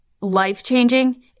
life-changing